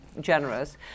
generous